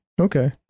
Okay